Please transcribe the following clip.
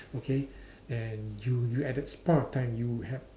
okay and you you at that spur of time you had